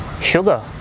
Sugar